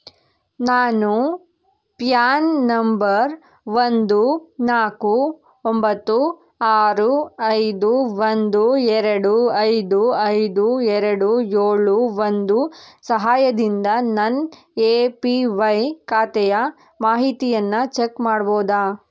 ನಾನು PAN number ಒಂದು ನಾಲ್ಕು ಒಂಬತ್ತು ಆರು ಐದು ಒಂದು ಎರಡು ಐದು ಐದು ಎರಡು ಏಳು ಒಂದು ಸಹಾಯದಿಂದ ನನ್ನ ಎ ಪಿ ವೈ ಖಾತೆಯ ಮಾಹಿತಿಯನ್ನು ಚೆಕ್ ಮಾಡ್ಬೋದಾ